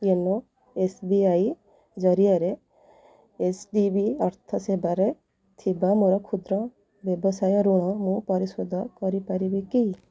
YONO S B I ଜରିଆରେ S D B ଅର୍ଥ ସେବାରେ ଥିବା ମୋ କ୍ଷୁଦ୍ର ବ୍ୟବସାୟ ଋଣ ମୁଁ ପରିଶୋଧ କରିପାରିବି କି